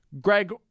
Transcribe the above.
Greg